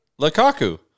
Lukaku